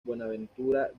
buenaventura